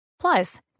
Plus